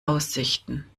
aussichten